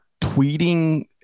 tweeting